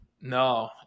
no